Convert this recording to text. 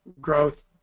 growth